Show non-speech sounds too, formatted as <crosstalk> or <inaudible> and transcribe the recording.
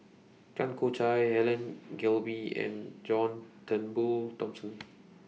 Tan Choo Kai Helen Gilbey and John Turnbull Thomson <noise>